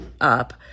up